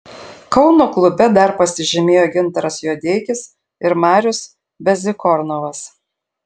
kauno klube dar pasižymėjo gintaras juodeikis ir marius bezykornovas